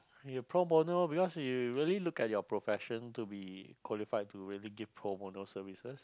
you pro bono because you really look at your profession to be qualified to really give pro bono services